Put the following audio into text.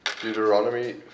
Deuteronomy